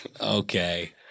Okay